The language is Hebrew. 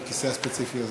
את הכיסא הספציפי הזה.